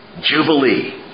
Jubilee